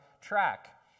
track